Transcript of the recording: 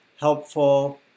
helpful